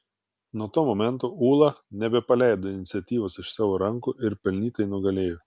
nuo to momento ūla nebepaleido iniciatyvos iš savo rankų ir pelnytai nugalėjo